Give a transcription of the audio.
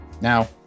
Now